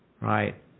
Right